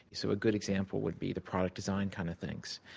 so a good example would be the product design kind of things.